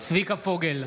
צביקה פוגל,